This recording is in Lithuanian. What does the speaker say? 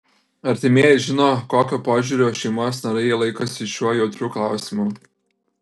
artimieji žino kokio požiūrio šeimos nariai laikosi šiuo jautriu klausimu